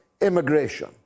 immigration